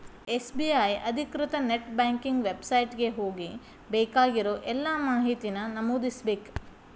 SBI ಅಧಿಕೃತ net banking website ಗೆ ಹೋಗಿ ಬೇಕಾಗಿರೋ ಎಲ್ಲಾ ಮಾಹಿತಿನ ನಮೂದಿಸ್ಬೇಕ್